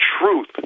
truth